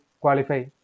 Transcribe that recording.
qualify